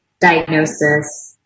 diagnosis